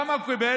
כמה הוא קיבל?